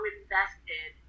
invested